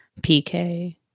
PK